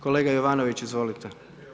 Kolega Jovanović, izvolite.